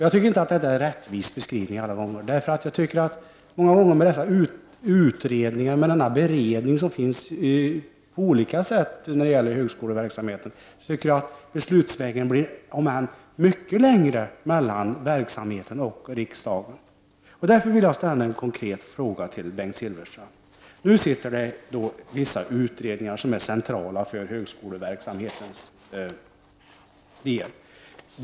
Jag tycker inte att det alla gånger är en rättvis beskrivning. Med de utredningar och den beredning som finns på olika områden när det gäller högskoleverksamheten tycker jag att beslutsvägen många gånger blir mycket längre mellan verksamheten och riksdagen. Därför vill jag ställa en konkret fråga till Bengt Silfverstrand. Nu pågår vissa utredningar som är centrala för högskoleverksamhetens del.